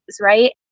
Right